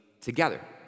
together